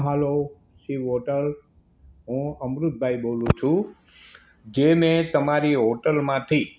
hello Shiv hotel હું અમૃતભાઈ બોલું છું જેને તમારી હોટલમાંથી